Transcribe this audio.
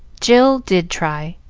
jill did try,